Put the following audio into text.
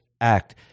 act